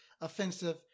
offensive